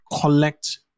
collect